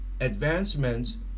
advancements